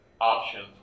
options